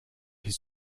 his